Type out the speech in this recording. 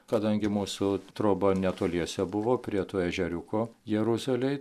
kadangi mūsų troba netoliese buvo prie to ežeriuko jeruzalėj